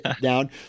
down